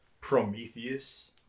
Prometheus